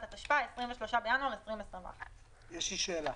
התשפ"א (23 בינואר 2021). יש לי שאלה.